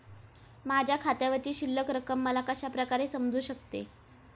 माझ्या खात्यावरची शिल्लक रक्कम मला कशा प्रकारे समजू शकते?